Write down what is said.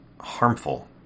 harmful